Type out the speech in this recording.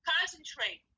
Concentrate